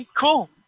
cool